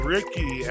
Ricky